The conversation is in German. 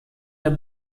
der